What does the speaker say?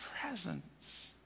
presence